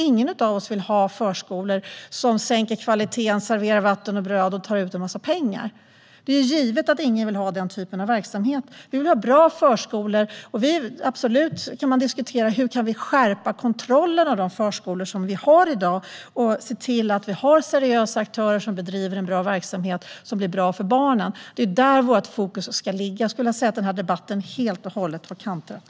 Ingen av oss vill ha förskolor som sänker kvaliteten, serverar vatten och bröd samt tar ut en massa pengar. Det är givet att ingen vill ha den typen av verksamhet. Vi vill ha bra förskolor. Vi kan absolut diskutera hur kontrollen av dessa förskolor ska skärpas, se till att det finns seriösa aktörer som bedriver en bra verksamhet som är bra för barnen. Det är där vårt fokus ska ligga. Den här debatten har helt och hållet kantrat.